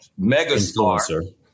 megastar